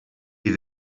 neu